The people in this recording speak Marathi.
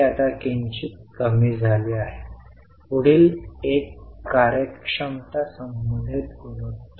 आपण आमच्या सामान्य व्यवसायातून 28300 व्युत्पन्न करण्यास सक्षम आहोत